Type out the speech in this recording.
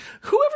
whoever